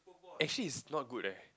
actually is not good leh